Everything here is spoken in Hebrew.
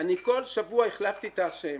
אני בכל שבוע החלפתי את האשם.